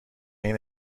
این